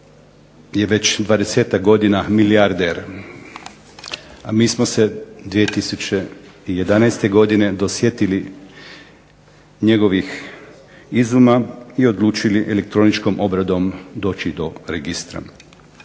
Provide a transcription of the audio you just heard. dvadesetak godina milijarder, a mi smo se 2011. godine dosjetili njegovih izuma i odlučili elektroničkom obradom doći do registra.